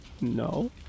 No